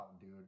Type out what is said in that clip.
dude